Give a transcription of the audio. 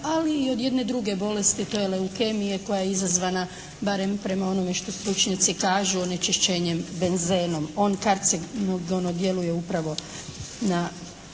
ali i od jedne druge bolesti a to je leukemije koja je izazvana barem prema onome što stručnjaci kažu onečišćenjem benzenom. On karcenogeno djeluje upravo na